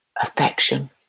affection